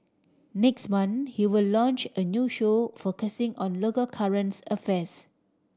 next month he will launch a new show focusing on local currents affairs